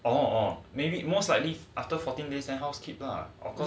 oh oh maybe more slightly after fourteen days then house keep lah the